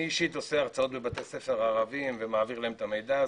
אני אישית עושה הרצאות בבתי ספר ערבים ומעביר להם את המידע הזה,